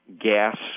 gas